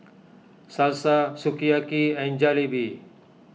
Salsa Sukiyaki and Jalebi